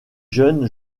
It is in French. jeune